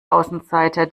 außenseiter